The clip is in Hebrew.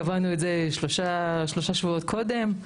אלא קבענו את זה שלושה שבועות קודם.